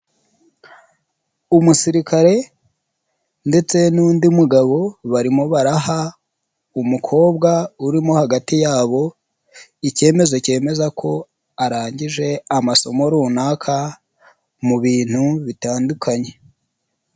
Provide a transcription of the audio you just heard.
Umusirikare ndetse n'undi mugabo, barimo baraha umukobwa urimo hagati yabo, icyemezo cyemeza ko arangije amasomo runaka mu bintu bitandukanye.